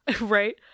Right